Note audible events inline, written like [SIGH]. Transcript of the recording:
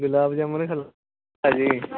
gulab jamun [UNINTELLIGIBLE]